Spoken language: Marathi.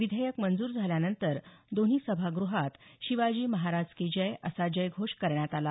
विधेयक मंजूर झाल्यानंतर दोन्ही सभागृहात शिवाजी महाराज की जय असा जयघोष करण्यात आला